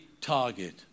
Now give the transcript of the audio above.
target